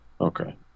Okay